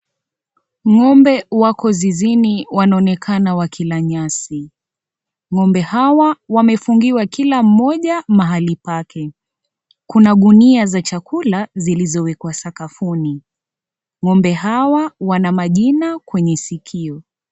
Ng'ombe wako zizini wanaonekana wakila nyasi. Ng'ombe hawa wamefungiwa kila mmoja mahali pake. Kuna gunia za chakula zilizowekwa sakafuni. Ng'ombe hawa wana majina kwenye sikio.